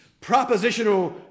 propositional